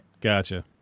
Gotcha